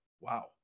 Wow